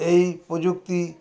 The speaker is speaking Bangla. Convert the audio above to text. এই প্রযুক্তি